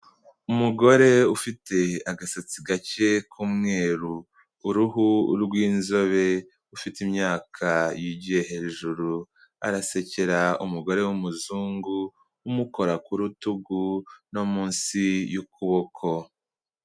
Umugore ufite agasatsi gake k'umweru, uruhu rw'inzobe ufite imyaka yigiye hejuru, arasekera umugore w'umuzungu umukora ku rutugu no munsi y'ukuboko.